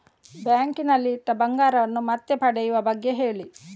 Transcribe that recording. bank ನಲ್ಲಿ ಇಟ್ಟ ಬಂಗಾರವನ್ನು ಮತ್ತೆ ಪಡೆಯುವ ಬಗ್ಗೆ ಹೇಳಿ